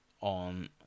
on